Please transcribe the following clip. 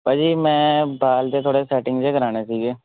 ਭਾਅ ਜੀ ਮੈਂ ਬਾਲ ਜੇ ਥੋੜ੍ਹੇ ਸੈਟਿੰਗ ਜੇ ਕਰਾਣੇ ਸੀਗੇ